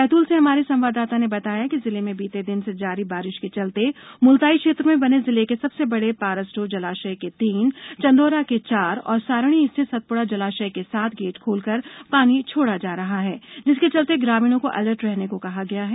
बैतूल से हमारे संवाददाता ने बताया है कि जिले में बीते तीन दिन से जारी बारिश के चलते मुलताई क्षेत्र में बने जिले के सबसे बड़े पारसडोह जलाशय के तीन चंदोरा के चार और सारणी स्थित सतपुड़ा जलाशय के सात गेट खोलकर पानी छोड़ा जा रहा है जिसके चलते ग्रामीणों को अलर्ट रहने को कहा गया है